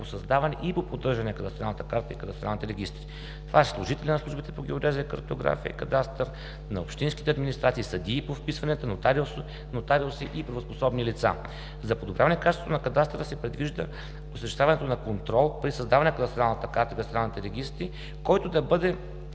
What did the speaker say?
по създаване и по поддържане на кадастралната карта и кадастралните регистри. Това са служители на Службите по геодезия, картография и кадастър, на общинските администрации, съдии по вписването, нотариуси и правоспособни лица. За подобряване качеството на кадастъра се предвижда осъществяването на контрол при създаване на кадастралната карта и кадастралните регистри, който да бъде